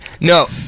no